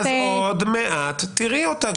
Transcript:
עוד מעט תראי אותו.